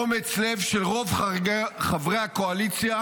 אומץ לב של רוב חברי הקואליציה,